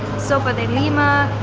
sopa de lima,